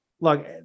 look